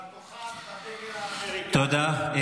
תודה.